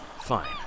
Fine